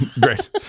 great